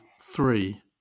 three